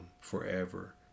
forever